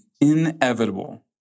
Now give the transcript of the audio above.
inevitable